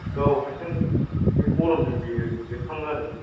गाव हारसिं बे गरमजों बेरो बेरखाङो आरो